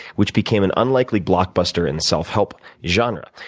which became an unlikely blockbuster in the self-help genre.